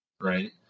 right